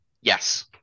Yes